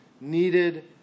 needed